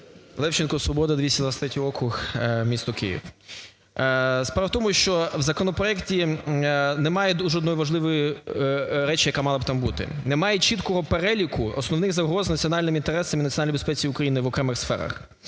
Левченко, "Свобода", 223 округ, місто Київ. Справа в тому, що в законопроекті немає дуже однієї важливої речі, яка мала б там бути, немає чіткого переліку основних загроз національним інтересам і національній безпеці України в окремих сферах.